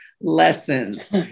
lessons